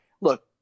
look